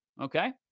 okay